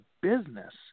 business